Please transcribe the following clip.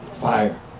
Fire